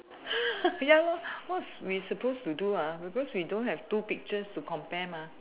ya lor what's we supposed to do ah because we don't have two pictures to compare mah